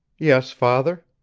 yes, father.